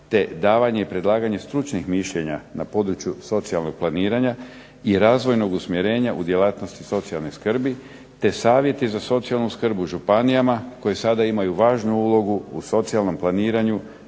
te davanje i predlaganje stručnih mišljenja na području socijalnog planiranja i razvojnog usmjerenja u djelatnosti socijalne skrbi, te savjeti za socijalnu skrb u županijama koji sada imaju važnu ulogu u socijalnom planiranju,